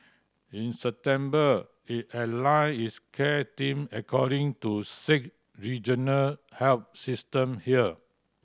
in September it aligned its care team according to six regional health system here